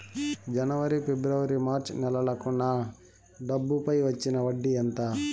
జనవరి, ఫిబ్రవరి, మార్చ్ నెలలకు నా డబ్బుపై వచ్చిన వడ్డీ ఎంత